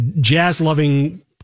jazz-loving